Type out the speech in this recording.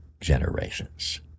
generations